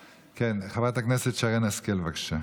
חברת הכנסת שרן השכל, בבקשה.